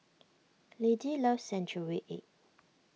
Lidie loves Century Egg